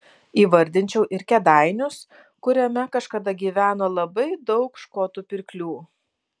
įvardinčiau ir kėdainius kuriame kažkada gyveno labai daug škotų pirklių